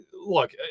look